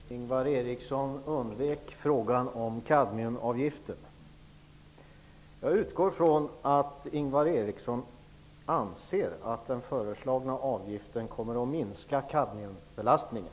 Fru talman! Ingvar Eriksson undvek frågan om kadmiumavgiften. Jag utgår från att Ingvar Eriksson anser att den föreslagna avgiften kommer att minska kadmiumbelastningen.